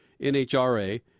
NHRA